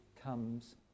comes